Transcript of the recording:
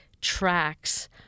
tracks